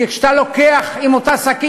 כי כשאתה לוקח עם אותה שקית,